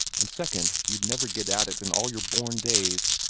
and, second, you'd never get at it in all your born days.